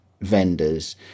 vendors